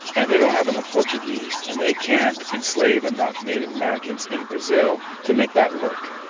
and they don't have enough portuguese, and they can't enslave enough native americans in brazil to make that work.